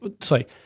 Sorry